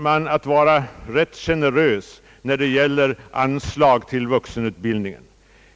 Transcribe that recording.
Man är i denna rätt generös med anslag till vuxenutbildningen.